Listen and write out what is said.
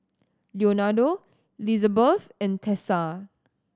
Leonardo Lizabeth and Tessa